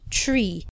tree